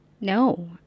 No